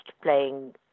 playing